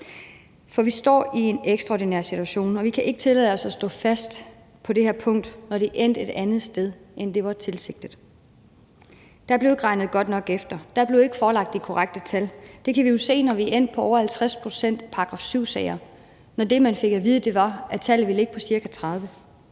For vi står i en ekstraordinær situation, og vi kan ikke tillade os at stå fast på det her punkt, når det er endt et andet sted, end det var tilsigtet. Der blev ikke regnet godt nok efter; der blev ikke forelagt de korrekte tal. Det kan vi jo se, når vi er endt på over 50 pct. § 7-sager, mens det, vi fik at vide, var, at tallet ville ligge på ca. 30